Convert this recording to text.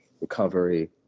recovery